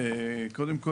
קודם כל,